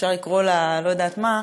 אפשר לקרוא לה לא יודעת מה,